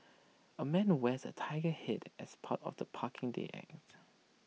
A man wears A Tiger Head as part of the parking day act